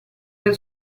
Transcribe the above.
del